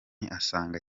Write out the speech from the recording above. asanga